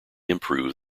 improve